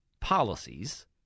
policies